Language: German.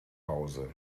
hause